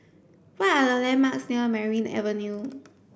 what are the landmarks near Merryn Avenue